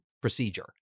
procedure